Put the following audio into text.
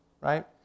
Right